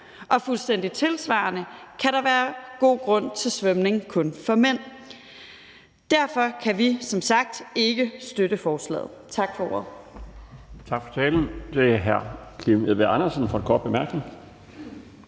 Fuldstændig tilsvarende kan der være god grund til svømning kun for mænd. Derfor kan vi som sagt ikke støtte forslaget. Tak for ordet.